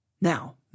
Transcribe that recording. Now